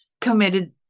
committed